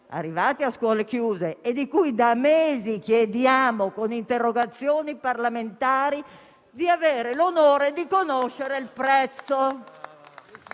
(arrivati a scuole chiuse), di cui da mesi chiediamo, con interrogazioni parlamentari, di avere l'onore di conoscere il prezzo